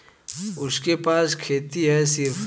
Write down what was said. उनके पास खेती हैं सिर्फ